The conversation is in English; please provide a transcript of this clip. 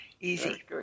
Easy